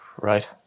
Right